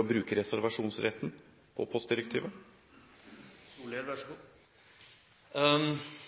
å bruke reservasjonsretten når det gjelder postdirektivet?